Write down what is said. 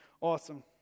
Awesome